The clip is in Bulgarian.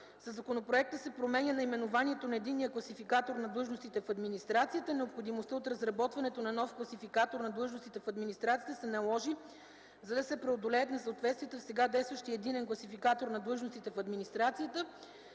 Със законопроекта се променя наименованието на Единния класификатор на длъжностите в администрацията. Необходимостта от разработването на нов Класификатор на длъжностите в администрацията се наложи, за да се преодолеят несъответствията в сега действащия единен класификатор на длъжностите в администрацията,